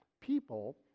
people